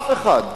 אף אחד.